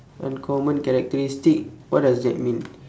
uncommon characteristic what does that mean